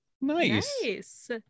Nice